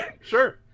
sure